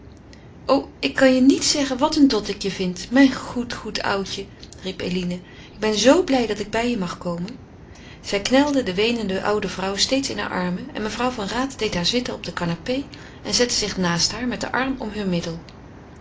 en ik kan je niet zeggen wat een dot ik je vind mijn goed goed oudje riep eline ik ben zoo blij dat ik bij je mag komen zij knelde de weenende oude vrouw steeds in hare armen en mevrouw van raat deed haar zitten op de canapé en zette zich naast haar met den arm om heur middel